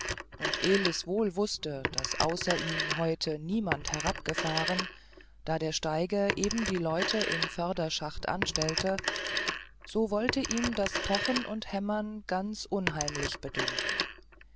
und elis wohl wußte daß außer ihm heute niemand herabgefahren da der steiger eben die leute im förderschacht anstellte so wollte ihm das pochen und hämmern ganz unheimlich bedünken